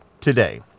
today